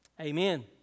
Amen